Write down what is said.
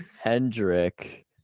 Hendrick